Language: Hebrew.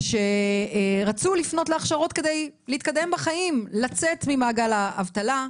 ושרצו לפנות להכשרות כדי להתקדם בחיים ולצאת ממעגל האבטלה,